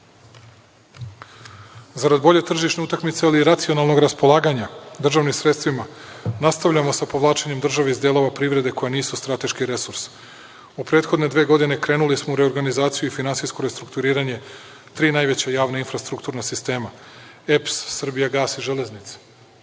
Zarad bolje tržišne utakmice, ali i racionalnog raspolaganja državnim sredstvima nastavljamo sa povlačenjem države iz dela privrede koja nisu strateški resurs. U prethodne dve godine krenuli smo u reorganizaciju i finansijsko restrukturiranje tri najveća javna infrastrukturna sistema – EPS, „Srbijagas“ i „Železnica“.Vladi